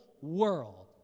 world